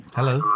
Hello